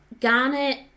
Garnet